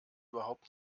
überhaupt